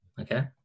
Okay